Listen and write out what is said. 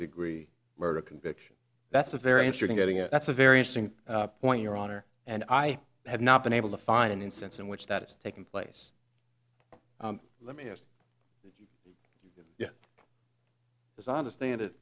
degree murder conviction that's a very interesting getting it that's a very interesting point your honor and i have not been able to find an instance in which that has taken place let me ask you as i understand it